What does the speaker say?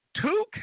two